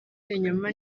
ibinyoma